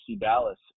Dallas